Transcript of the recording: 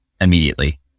immediately